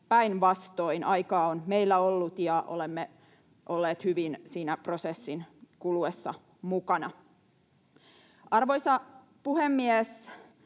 päinvastoin aikaa on meillä ollut ja olemme olleet hyvin siinä prosessin kuluessa mukana. Arvoisa puhemies!